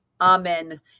amen